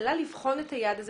מטלה לבחון את היעד הזה